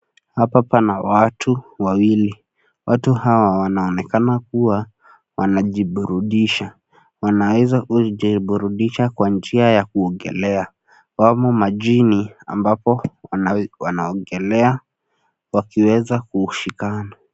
Hapa pana watu wawili, watu hawa wanaonekana kuwa, wanajiburudisha, wanaeza kujiburudisha kwa njia ya kuogelea, wamo majini, ambapo, wanaogelea, wakiweza kushikana.